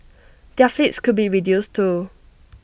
their fleets could be reduced too